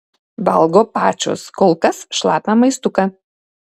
valgo pačios kol kas šlapią maistuką